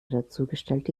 dazugestellte